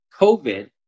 COVID